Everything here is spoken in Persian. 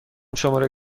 شماره